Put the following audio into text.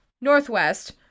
northwest